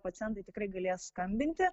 pacientai tikrai galės skambinti